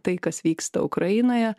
tai kas vyksta ukrainoje